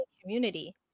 community